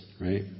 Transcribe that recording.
right